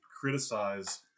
criticize